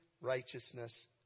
righteousness